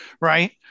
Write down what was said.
right